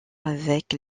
avec